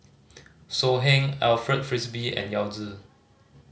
So Heng Alfred Frisby and Yao Zi